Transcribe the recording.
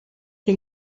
che